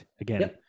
again